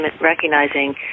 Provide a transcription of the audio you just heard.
recognizing